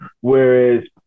whereas